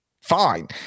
fine